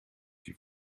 die